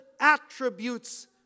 attributes